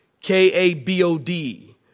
K-A-B-O-D